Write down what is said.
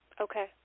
Okay